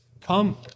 Come